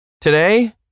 Today